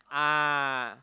ah